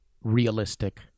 realistic